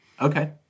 Okay